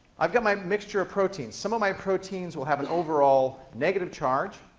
i've got my mixture of proteins. some of my proteins will have an overall negative charge.